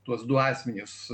tuos du asmenius